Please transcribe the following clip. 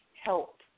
help